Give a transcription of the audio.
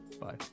bye